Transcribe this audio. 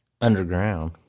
underground